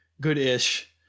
good-ish